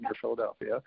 Philadelphia